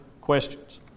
questions